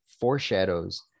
foreshadows